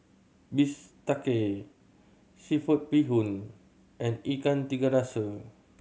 bistake seafood bee hoon and Ikan Tiga Rasa